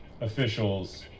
officials